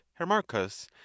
Hermarchus